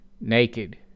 naked